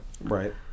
Right